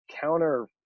counter